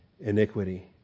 iniquity